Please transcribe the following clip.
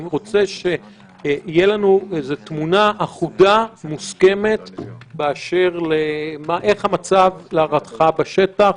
אני רוצה שתהיה לנו איזו תמונה אחודה מוסכמת באשר למצב להערכתך בשטח